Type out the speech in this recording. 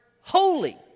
holy